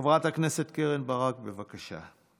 חברת הכנסת קרן ברק, בבקשה.